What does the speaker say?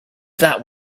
that